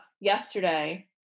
yesterday